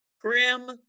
Grim